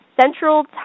Central